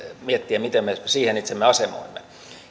miettiä miten me siihen itsemme asemoimme